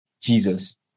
Jesus